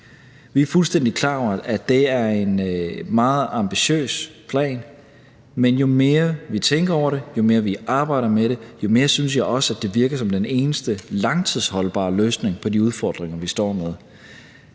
Vi er fuldstændig klar over, at det er en meget ambitiøs plan, men jo mere vi tænker over det, jo mere vi arbejder med det, jo mere synes jeg også, at det virker som den eneste langtidsholdbare løsning på de udfordringer, vi står med.